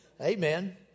Amen